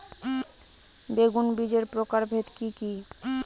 বেগুন বীজের প্রকারভেদ কি কী?